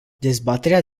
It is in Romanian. dezbaterea